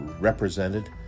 represented